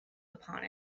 upon